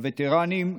הווטרנים,